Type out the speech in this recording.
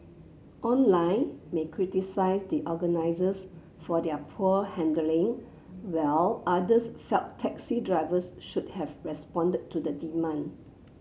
online may criticised the organisers for their poor handling while others felt taxi drivers should have responded to the demand